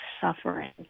suffering